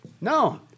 No